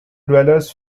dwellers